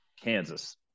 Kansas